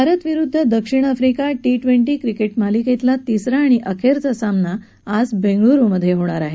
भारत विरुद्ध दक्षिण Africa T twenty cricket मालिकेतला तिसरा आणि अखेरचा सामना आज बेंगळुरुमधे होणार आहे